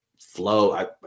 flow